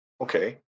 Okay